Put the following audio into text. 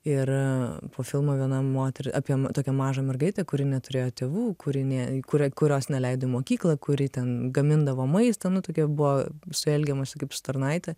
ir po filmo viena moteri apie ma tokią mažą mergaitę kuri neturėjo tėvų kur ji nė kurie kurios neleido į mokyklą kuri ten gamindavo maistą nu tokia buvo su ja elgiamąsi kaip su tarnaite